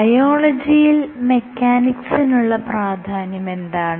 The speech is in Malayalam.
ബയോളജിയിൽ മെക്കാനിക്സിനുള്ള പ്രാധാന്യമെന്താണ്